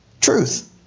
truth